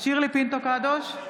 שירלי פינטו קדוש,